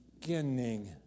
beginning